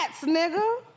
nigga